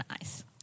nice